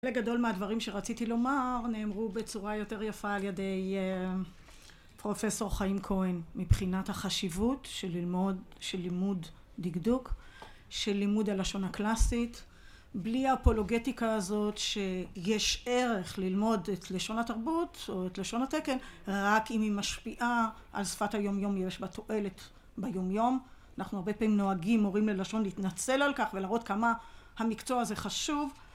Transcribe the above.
חלק גדול מהדברים שרציתי לומר נאמרו בצורה יותר יפה על ידי פרופ׳ חיים כהן מבחינת החשיבות של ללמוד של לימוד דקדוק של לימוד הלשון הקלאסית בלי האפולוגטיקה הזאת שיש ערך ללמוד את לשון התרבות או את לשון התקן רק אם היא משפיעה על שפת היומיום אם יש בה תועלת ביומיום אנחנו הרבה פעמים נוהגים מורים ללשון להתנצל על כך ולהראות כמה המקצוע הזה חשוב